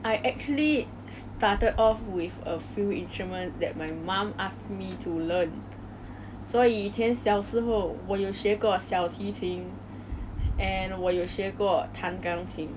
I used to go for a violin lessons last time and I found out that it was so painful for me I didn't really enjoy as much as other instruments I played before